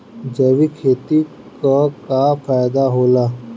जैविक खेती क का फायदा होला?